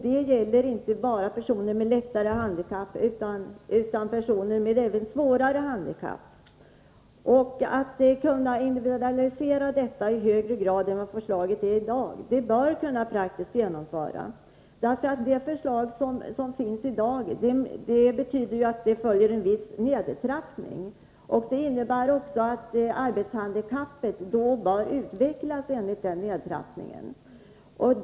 Det gäller inte bara personer med lättare handikapp utan även personer med svårare handikapp. Förslaget att individualisera detta i högre grad än vad dagens förslag innebär bör i praktiken kunna genomföras. Det förslag som läggs fram i dag betyder en viss nedtrappning. Det innebär också att arbetshandikappets utveckling bör bedömas enligt denna nedtrappning.